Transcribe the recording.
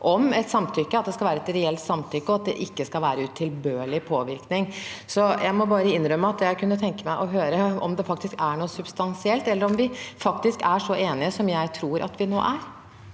et reelt samtykke, og at det ikke skal være utilbørlig påvirkning. Jeg må bare innrømme at jeg kunne tenke meg å høre om det faktisk er noe substansielt, eller om vi faktisk er så enige som jeg tror at vi nå er.